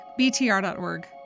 btr.org